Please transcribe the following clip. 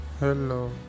Hello